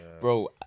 bro